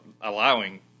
allowing